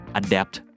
adapt